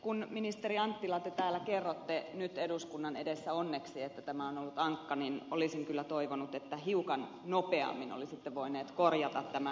kun ministeri anttila te täällä kerrotte nyt eduskunnan edessä onneksi että tämä on ollut ankka niin olisin kyllä toivonut että hiukan nopeammin olisitte voinut korjata tämän uutisen